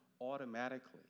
automatically